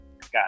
got